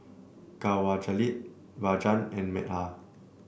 Kanwaljit Rajan and Medha